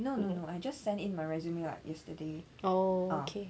no no no I just sent in my resume [what] yesterday